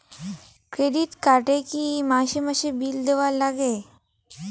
Credit card এ কি মাসে মাসে বিল দেওয়ার লাগে?